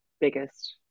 biggest